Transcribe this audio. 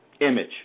Image